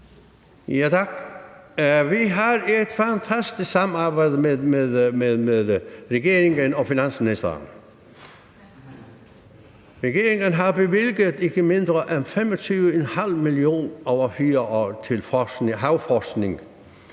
Vi har et fantastisk samarbejde med regeringen og finansministeren. Regeringen har bevilget ikke mindre end 25,5 mio. kr. over 4 år til havforskning